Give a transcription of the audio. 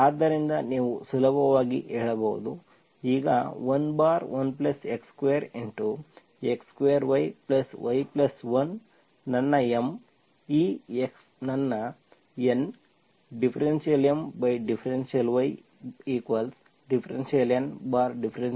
ಆದ್ದರಿಂದ ನೀವು ಸುಲಭವಾಗಿ ಹೇಳಬಹುದು ಈಗ 11x2x2yy1 ನನ್ನ M ಈ x ನನ್ನ N ∂M∂y∂N∂x1 ಇದು 1